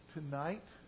Tonight